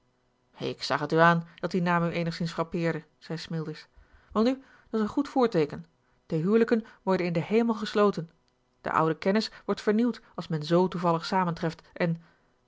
ik zag t u aan dat die naam u eenigszins frappeerde zei smilders welnu dat's een goed voorteeken de huwelijken worden in den hemel gesloten de oude kennis wordt vernieuwd als men z toevallig samentreft en